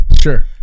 Sure